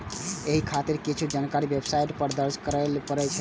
एहि खातिर किछु जानकारी वेबसाइट पर दर्ज करय पड़ै छै